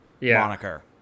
moniker